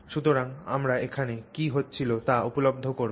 সুতরাং আমরা এখানে কী হচ্ছিল তা উপলব্ধি করব